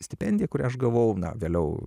stipendija kurią aš gavau vėliau